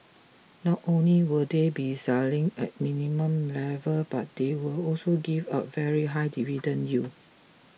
not only will they be selling at minimal level but they will also give up very high dividend yields